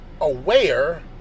aware